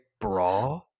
bra